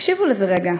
תקשיבו לזה רגע.